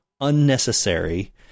unnecessary